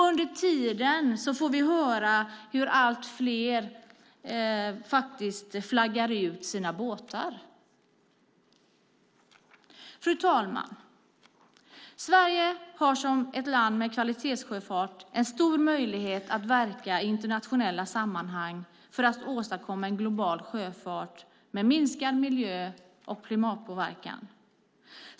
Under tiden får vi höra hur allt fler faktiskt flaggar ut sina båtar. Fru talman! Sverige har som ett land med kvalitetssjöfart en stor möjlighet att verka i internationella sammanhang för att åstadkomma en global sjöfart med minskad miljö och klimatpåverkan.